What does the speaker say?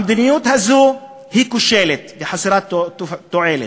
המדיניות הזו היא כושלת וחסרת תועלת.